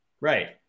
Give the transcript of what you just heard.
right